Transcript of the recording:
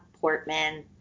Portman